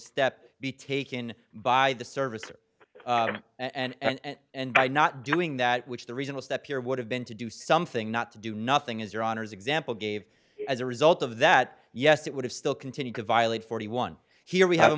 step be taken by the service and and by not doing that which the reason was that here would have been to do something not to do nothing is your honour's example gave as a result of that yes it would have still continued to violate forty one here we have a